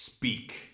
speak